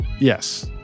Yes